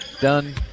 done